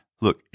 look